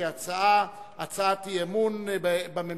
כהצעת אי-אמון בממשלה.